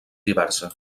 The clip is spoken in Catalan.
diversa